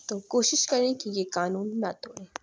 تو کوشش کریں کہ یہ قانون نہ توڑیں